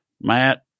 Matt